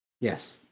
Yes